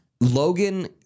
Logan